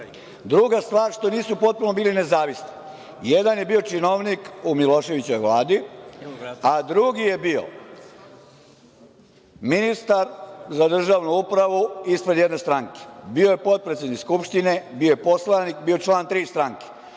Druga stvar, što nisu potpuno bili nezavisni. Jedan je bio činovnik u Miloševićevoj Vladi, a drugi je bio ministar za državnu upravu ispred jedne stranke. Bio je potpredsednik Skupštine, bio je poslanik, bio je član tri stanke.